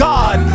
God